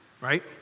right